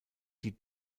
die